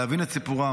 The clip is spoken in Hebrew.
להבין את סיפורם,